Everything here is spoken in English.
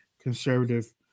conservative